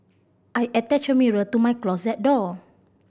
I attached a mirror to my closet door